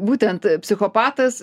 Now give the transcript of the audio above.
būtent psichopatas